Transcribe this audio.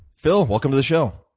phil, welcome to the show.